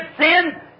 sin